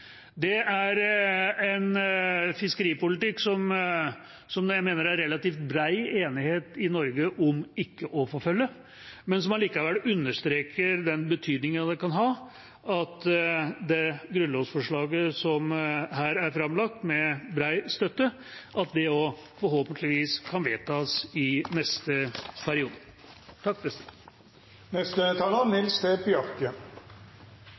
Det er en fiskeripolitikk som jeg mener det i Norge er relativt bred enighet om ikke å forfølge, men som allikevel understreker den betydningen det kan ha at grunnlovsforslaget som her er framlagt med bred støtte, forhåpentligvis kan vedtas i neste periode.